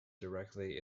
directly